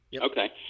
Okay